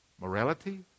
morality